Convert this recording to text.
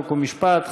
חוק ומשפט,